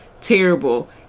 terrible